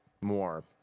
more